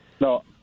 No